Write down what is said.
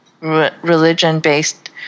religion-based